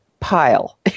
pile